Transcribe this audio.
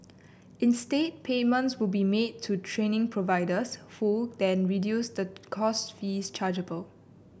instead payments will be made to training providers who then reduce the course fees chargeable